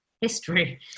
history